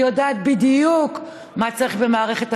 היא יודעת בדיוק מה צריך במערכת החינוך,